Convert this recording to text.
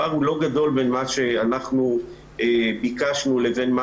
זה פער לא גדול בין מה שאנחנו ביקשנו לבין מה